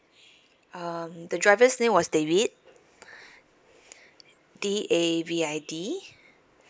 um the driver's name was david D A V I D